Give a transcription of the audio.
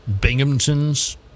Binghamton's